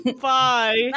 Bye